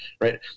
right